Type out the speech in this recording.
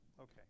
Okay